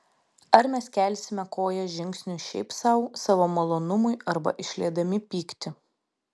ar mes kelsime koją žingsniui šiaip sau savo malonumui arba išliedami pyktį